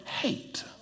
hate